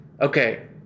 okay